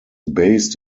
based